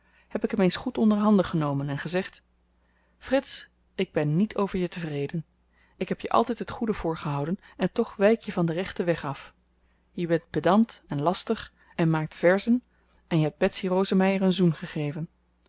heb ik hem eens goed onder handen genomen en gezegd frits ik ben niet over je tevreden ik heb je altyd het goede voorgehouden en toch wyk je van den rechten weg af je bent pedant en lastig en maakt verzen en je hebt betsy rosemeyer een zoen gegeven